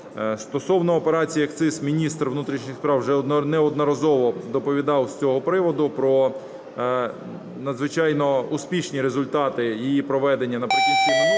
Стосовно операції "Акциз", міністр внутрішніх справ вже неодноразово доповідав з цього приводу, про надзвичайно успішні результати її проведення наприкінці минулого